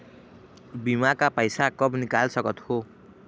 बीमा का पैसा कब निकाल सकत हो?